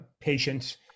patients